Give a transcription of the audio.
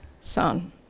son